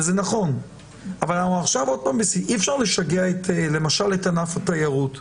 וזה נכון אבל אי אפשר לשגע את ענף התיירות.